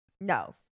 No